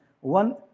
One